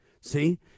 See